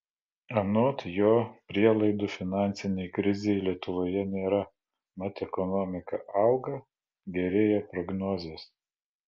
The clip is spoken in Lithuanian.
anot jo prielaidų finansinei krizei lietuvoje nėra mat ekonomika auga gerėja prognozės